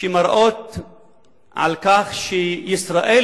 שמראות שישראל,